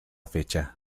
fecha